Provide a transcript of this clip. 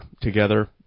together